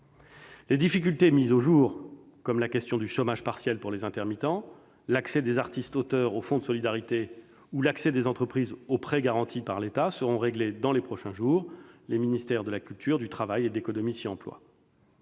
Les difficultés mises au jour, comme la question du chômage partiel pour les intermittents, l'accès des artistes auteurs au fonds de solidarité ou l'accès des entreprises aux prêts garantis par l'État, seront réglées dans les prochains jours. Les ministères de la culture, du travail et de l'économie s'y emploient.